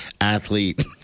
athlete